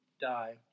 die